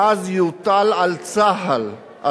ואז יוטל על צה"ל,